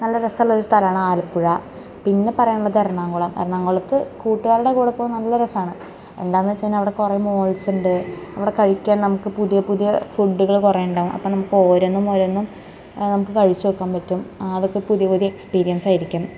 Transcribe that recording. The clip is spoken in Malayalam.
നല്ല രസമുള്ളൊരു സ്ഥലമാണ് ആലപ്പുഴ പിന്നെ പറയാനുള്ളത് എറണാകുളം എറണാകുളത്ത് കൂട്ടുകാരുടെ കൂടെ പോവാൻ നല്ല രസമാണ് എന്താന്ന് വെച്ച് കഴിഞ്ഞാൽ അവിടെ കുറെ മോൾസ്സ്ണ്ട് അവിടെ കഴിയ്ക്കാൻ നമുക്ക് പുതിയ പുതിയ ഫുഡ്ഡ്കൾ കുറെ ഉണ്ടാവും അപ്പം നമുക്ക് ഓരൊന്നും ഓരൊന്നും നമുക്ക് കഴിച്ച് നോക്കാമ്പറ്റും അതൊക്കെ പുതിയ പുതിയ എക്സ്പീരിയൻസ്സാരിക്കും